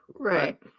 Right